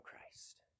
Christ